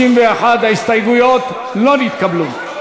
61. ההסתייגויות לא נתקבלו.